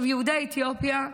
יהודי אתיופיה,